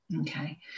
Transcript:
Okay